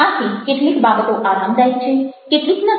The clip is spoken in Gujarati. આથી કેટલીક બાબતો આરામદાયી છે કેટલીક નથી